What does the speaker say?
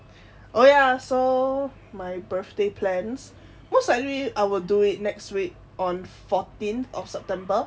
oh ya so my birthday plans most likely I will do it next week on fourteenth of september